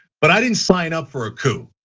but i didn't sign up for a coup.